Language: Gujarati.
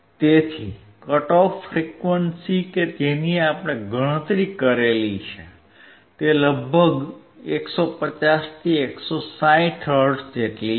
તેથી કટ ઓફ ફ્રીક્વન્સી કે જેની આપણે ગણતરી કરી છે તે લગભગ 150 થી 160 હર્ટ્ઝ જેટલી છે